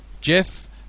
Jeff